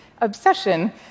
obsession